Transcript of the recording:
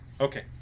okay